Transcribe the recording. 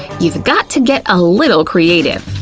you've got to get a little creative.